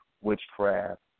witchcraft